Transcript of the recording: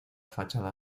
fachada